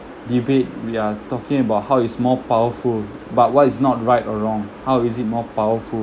debate we are talking about how it's more powerful but what is not right or wrong how is it more powerful